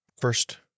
first